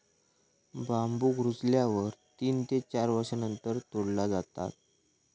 बांबुक रुजल्यावर तीन ते चार वर्षांनंतर तोडला जाता